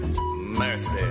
Mercy